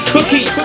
Cookie